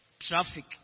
traffic